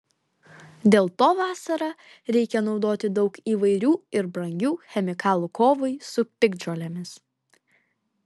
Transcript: dėl to vasarą reikia naudoti daug įvairių ir brangių chemikalų kovai su piktžolėmis